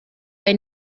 bei